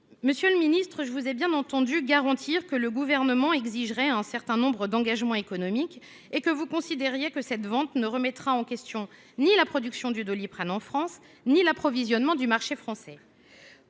Monsieur le ministre, je vous ai bien entendu garantir que le Gouvernement exigerait un certain nombre d’engagements économiques et que cette vente ne remettrait en question ni la production de Doliprane en France ni l’approvisionnement du marché français.